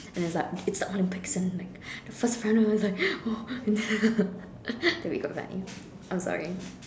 and then it's like it's the Olympics and like the first runner is like !woah! and that would be quite funny I'm sorry